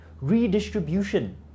Redistribution